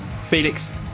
felix